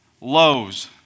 lows